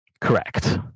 Correct